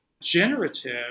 generative